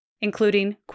including